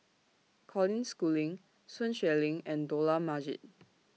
Colin Schooling Sun Xueling and Dollah Majid